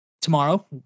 tomorrow